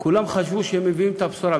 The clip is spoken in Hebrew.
כולם חשבו שהם מביאים את הבשורה.